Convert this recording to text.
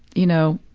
you know,